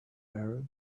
arab